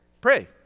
Pray